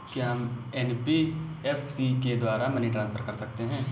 क्या हम एन.बी.एफ.सी के द्वारा मनी ट्रांसफर कर सकते हैं?